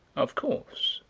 of course,